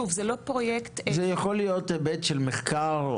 זה יכול להיות היבט של מחקר.